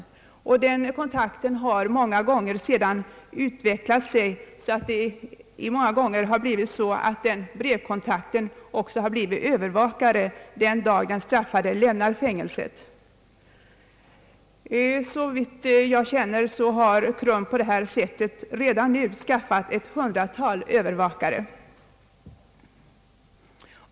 Dessa kontakter har många gånger utvecklat sig så att brevskrivaren också har blivit övervakare när den straffade lämnat fängelset. Såvitt jag känner till har KRUM på detta sätt redan nu skaffat ett hundratal övervakare.